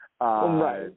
Right